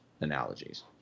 analogies